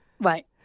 right